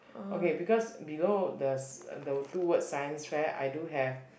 okay because below the s~ uh the two words science fair I do have